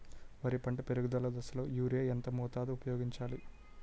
వరి పంట పెరుగుదల దశలో యూరియా ఎంత మోతాదు ఊపయోగించాలి?